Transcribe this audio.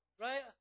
Right